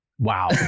Wow